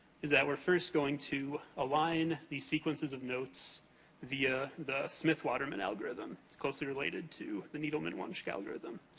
is that we're first going to align these sequences of notes via the smith-waterman algorithm, closely related to the needleman-wunsch algorithm.